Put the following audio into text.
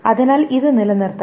അതിനാൽ ഇത് നിലനിർത്തണം